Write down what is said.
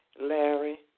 Larry